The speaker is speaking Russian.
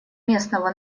местного